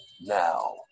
Now